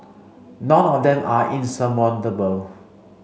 none of them are insurmountable